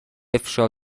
افشا